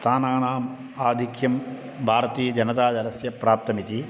स्थानानाम् आधिक्यं भारतीयजनतादलस्य प्राप्तमिति